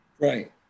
Right